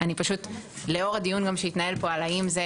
אבל לאור הדיון שהתנהל פה על איך יחייבו,